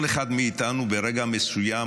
כל אחד מאיתנו ברגע מסוים,